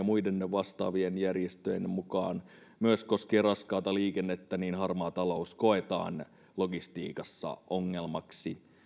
muiden vastaavien järjestöjen mukaan koskee myös raskasta liikennettä harmaa talous koetaan logistiikassa ongelmaksi